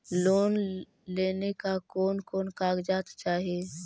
Loan लेने ला कोन कोन कागजात चाही?